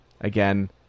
Again